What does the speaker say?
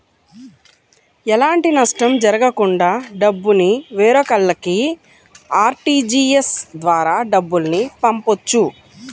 ఎలాంటి నష్టం జరగకుండా డబ్బుని వేరొకల్లకి ఆర్టీజీయస్ ద్వారా డబ్బుల్ని పంపొచ్చు